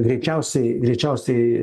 greičiausiai greičiausiai